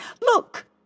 Look